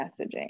messaging